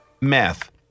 meth